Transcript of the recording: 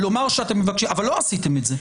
אבל לא עשיתם את זה.